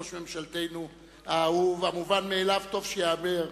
ראש ממשלתנו האהוב: המובן מאליו טוב שייאמר.